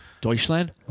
Deutschland